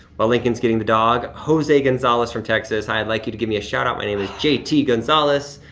while lincoln's getting the dog, jose gonzalez from texas. hi, i'd like you to give me a shout-out. my name is j. t. gonzalez,